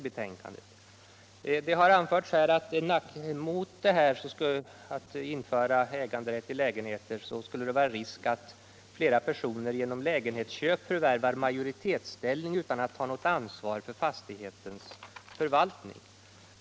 Mot införande av äganderätt till lägenheter har anförts att det skulle vara risk att flera personer genom lägenhetsköp förvärvar majoritetsställning utan att ha något ansvar för fastighetens förvaltning.